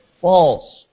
false